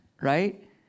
right